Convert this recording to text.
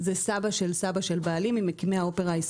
נראה לי שכולם מדברים פה בסיסמאות ונורא יפה.